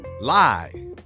Lie